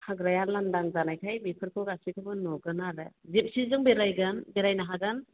हाग्राया लांदां जानायखाय बेफोरखौ गासैखौबो नुगोन आरो जीपसिजों बेरायगोन बेरायनो हागोन